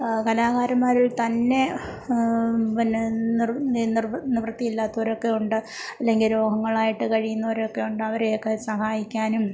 കലാകാരന്മാരിൽ തന്നെ പിന്നെ നിവൃത്തി ഇല്ലാത്തോരൊക്കെ ഉണ്ട് അല്ലെങ്കിൽ രോഗങ്ങളായിട്ട് കഴിയുന്നോരൊക്കെ ഉണ്ട് അവരെയൊക്കെ സഹായിക്കാനും